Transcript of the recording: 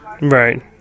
right